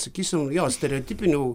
sakysim jo stereotipinių